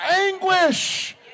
anguish